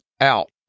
out